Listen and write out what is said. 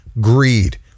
greed